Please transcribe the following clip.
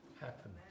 happen